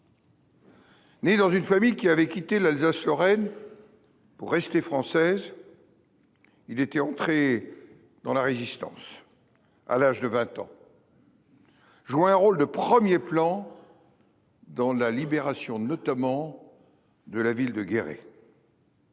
Né dans une famille qui avait quitté l'Alsace Lorraine. Pour rester française. Il était entré. Dans la résistance à l'âge de 20 ans. Joue un rôle de 1er plan. Dans la libération notamment. De la ville de Guéret.